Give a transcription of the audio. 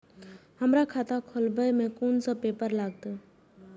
हमरा खाता खोलाबई में कुन सब पेपर लागत?